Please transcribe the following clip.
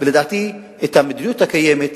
ולדעתי, המדיניות הקיימת,